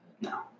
No